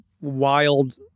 wild